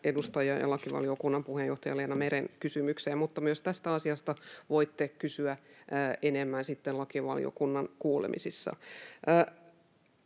edustaja ja lakivaliokunnan puheenjohtaja Leena Meren kysymykseen, mutta myös tästä asiasta voitte kysyä enemmän sitten lakivaliokunnan kuulemisissa.